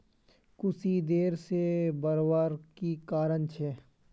कुशी देर से बढ़वार की कारण छे?